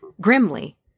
Grimly